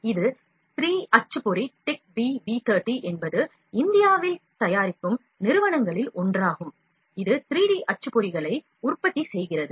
இது Three அச்சுப்பொறி TECHB V30 என்பது இந்தியாவில் தயாரிக்கும் நிறுவனங்களில் ஒன்றாகும் இது 3D அச்சுப்பொறிகளை உற்பத்தி செய்கிறது